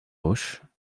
roches